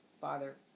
Father